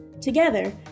Together